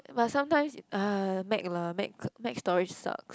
but sometimes uh mac lah mac mac storage sucks